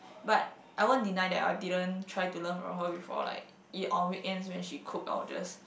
but I won't deny that I didn't try to learn from her before like it on weekends when she cook I will just